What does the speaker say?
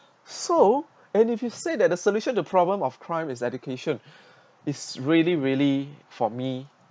so and if you say that the solution to the problem of crime is education is really really for me